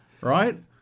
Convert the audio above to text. right